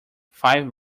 five